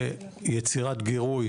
ויצירת גירוי